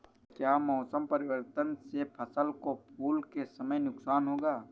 क्या मौसम परिवर्तन से फसल को फूल के समय नुकसान होगा?